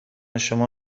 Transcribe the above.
شما